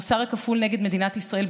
המוסר הכפול נגד מדינת ישראל,